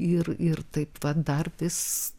ir ir taip va dar vis